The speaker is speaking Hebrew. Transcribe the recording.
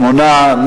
8,